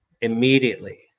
immediately